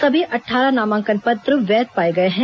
सभी अट्ठारह नामांकन पत्र वैध पाए गए हैं